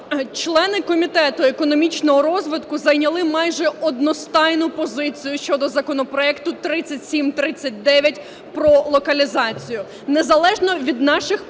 Члени Комітету економічного розвитку зайняли майже одностайну позицію щодо законопроекту 3739 про локалізацію. Незалежно від наших політичних